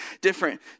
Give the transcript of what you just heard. different